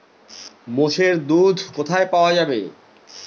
মোষের দুধ কোথায় পাওয়া যাবে?